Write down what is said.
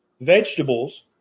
vegetables